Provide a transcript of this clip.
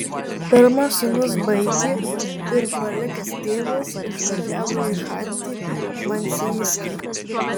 pirmas sūnus baigė ir palikęs tėvus išvažiavo į chanty mansijską